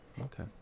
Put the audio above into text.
Okay